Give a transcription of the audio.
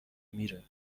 میره